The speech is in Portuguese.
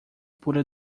pura